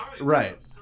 Right